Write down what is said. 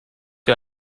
wie